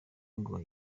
ngo